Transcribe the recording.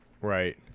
Right